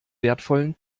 wertvollen